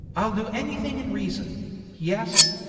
i'll do anything in reason yes,